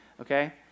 okay